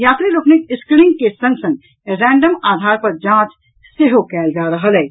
यात्री लोकनिक स्क्रीनिंग के संग संग रैंडम आधार पर जांच सेहो कयल जा रहल अछि